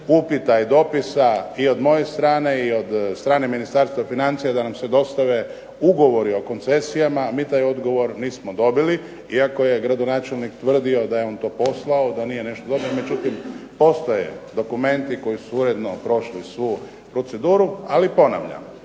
upita i dopisa i od moje strane i strane Ministarstva financija da nam se dostave ugovori o koncesijama mi taj odgovor nismo dobili, iako je gradonačelnik tvrdio da je on to poslao, da nije nešto dobio, postoje dokumenti koji su uredno prošli svu proceduru. Ali ponavljam,